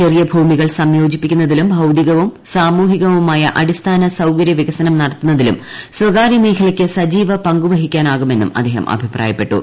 ചെറിയ ഭൂമികൾ സംയോജിപ്പിക്കുന്നതിലും ഭൌതികവും സാമൂഹികവുമായ അടിസ്ഥാന സൌകരൃ വികസനം നടത്തുന്നതിലും സ്വകാര്യ മേഖലയ്ക്ക് സജീവ പങ്കുവഹിക്കാനാ കുമെന്നും അദ്ദേഹം അഭിപ്രായപ്പെട്ടു